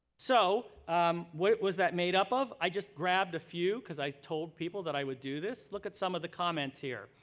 so um what was that made up of? i just grabbed a few because i told people that i would do this. look at some of the comments here.